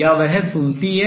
या वह सुनती है